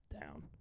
down